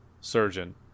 surgeon